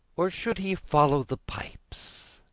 or should he follow the pipes?